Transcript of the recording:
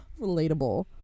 Relatable